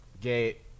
Gate